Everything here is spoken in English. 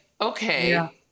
okay